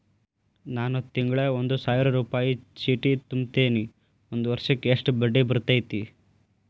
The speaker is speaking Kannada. ನಾನು ತಿಂಗಳಾ ಒಂದು ಸಾವಿರ ರೂಪಾಯಿ ಚೇಟಿ ತುಂಬತೇನಿ ಒಂದ್ ವರ್ಷಕ್ ಎಷ್ಟ ಬಡ್ಡಿ ಬರತೈತಿ?